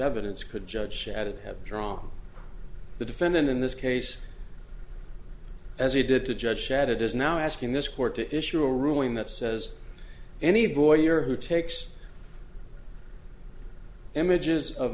evidence could judge shouted have drawn the defendant in this case as he did to judge shadid is now asking this court to issue a ruling that says any boy or who takes images of